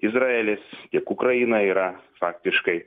izraelis tiek ukrainą yra faktiškai